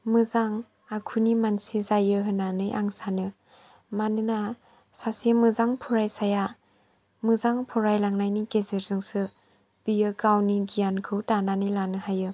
मोजां आखुनि मानसि जायो होन्नानै आं सानो मानोना सासे मोजां फरायसाया मोजां फरायलांनायनि गेजेरजोंसो बियो गावनि गियानखौ दानानै लानो हायो